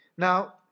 Now